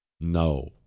no